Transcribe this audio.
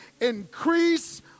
increase